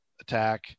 attack